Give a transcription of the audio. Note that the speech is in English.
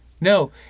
No